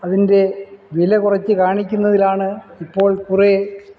അതിൻ്റെ വില കുറച്ച് കാണിക്കുന്നതിലാണ് ഇപ്പോൾ കുറേ